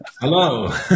Hello